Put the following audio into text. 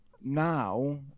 now